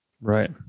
right